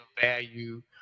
value